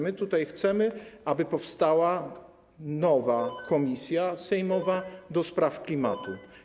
My tutaj chcemy, aby powstała nowa komisja sejmowa do spraw klimatu.